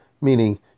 Meaning